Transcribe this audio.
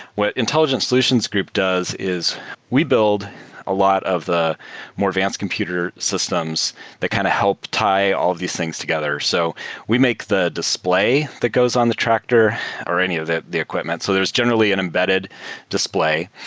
what intelligence solutions group does is we build a lot of the more advanced computer systems that kind of help tie all of these things together. so we make the display that goes on the tractor or any of it, the equipment. so there's generally an embedded display.